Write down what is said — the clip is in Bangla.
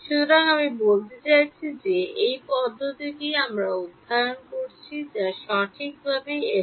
সুতরাং আমি বলতে চাইছি যে এই পদ্ধতিটি আমরা অধ্যয়ন করছি তা সঠিকভাবে FDTD